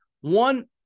one